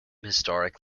historic